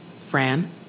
Fran